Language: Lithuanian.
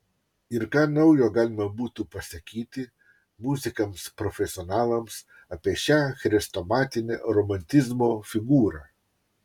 ir ką naujo galima būtų pasakyti muzikams profesionalams apie šią chrestomatinę romantizmo figūrą